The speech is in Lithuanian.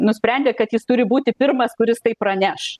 nusprendė kad jis turi būti pirmas kuris tai praneš